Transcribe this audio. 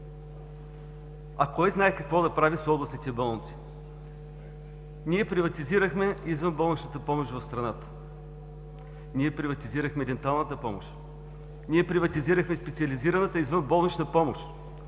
А кой знае какво да прави с областните болници? Ние приватизирахме извънболничната помощ в страната. Ние приватизирахме денталната помощ. Ние приватизирахме специализираната извънболнична помощ